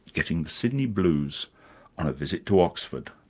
getting the sydney blues on a visit to oxford.